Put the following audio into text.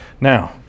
Now